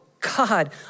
God